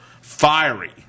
Fiery